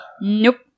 nope